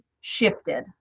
shifted